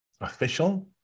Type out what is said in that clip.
official